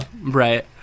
Right